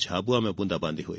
झाबुआ में बूंदाबांदी हुई